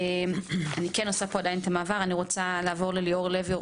אני רוצה לעבור לליאור לוי,